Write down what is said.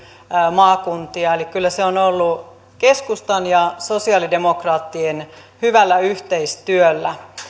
maakuntia eli kyllä se on tehty keskustan ja sosialidemokraattien hyvällä yhteistyöllä